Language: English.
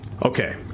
Okay